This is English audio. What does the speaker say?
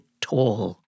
tall